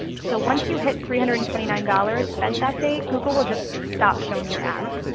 so once you hit three hundred and twenty nine dollars spent that day google will just stop showing your ads